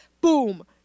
boom